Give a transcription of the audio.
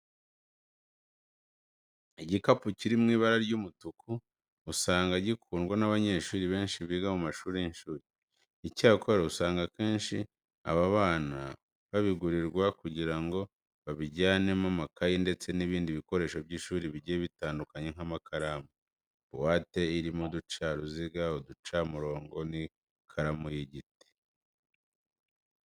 Igikapu kiri mu ibara ry'umutuku usanga gikundwa n'abanyeshuri benshi biga mu mashuri y'incuke. Icyakora usanga akenshi aba bana babigurirwa kugira ngo babijyanemo amakayi ndetse n'ibindi bikoresho by'ishuri bigiye bitandukanye nk'amakaramu, buwate irimo uducaruziga, uducamurongo n'ikaramu y'igiti.